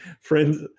friends